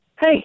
hey